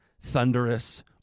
thunderous